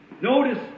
Notice